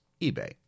eBay